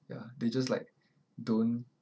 ya they just like don't